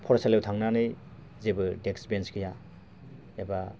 फरायसालियाव थांनानै जेबे डेस्क बेन्स गैया एबा